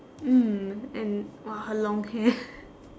mm and !wah! her long hair